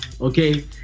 okay